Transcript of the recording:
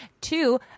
two